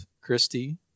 Christie